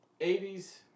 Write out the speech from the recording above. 80s